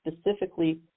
specifically